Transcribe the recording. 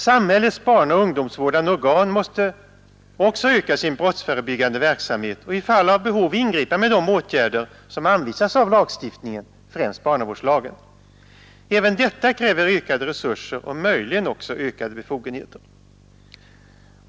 Samhällets barnaoch ungdomsvårdande organ måste också öka sin brottsförebyggande verksamhet och i fall av behov ingripa med de åtgärder som anvisas av lagstiftningen, främst barnavårdslagen. Även detta kräver ökade resurser och möjligen också ökade befogenheter.